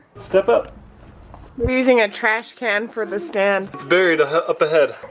step up we're using a trash can for the stand. it's buried up ahead